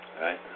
Right